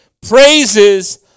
praises